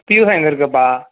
pure science இருக்குதுப்பா